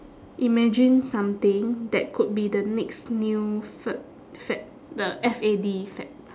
imagine something that could be the next new f~ fad the F A D fad